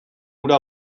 hura